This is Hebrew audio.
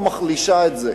או מחלישה את זה?